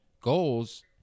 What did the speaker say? goals